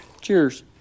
Cheers